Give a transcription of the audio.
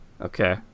Okay